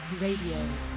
Radio